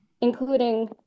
including